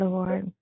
Lord